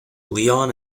leon